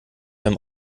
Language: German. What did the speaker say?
beim